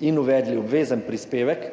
in uvedli obvezen prispevek,